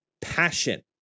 passion